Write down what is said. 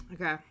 Okay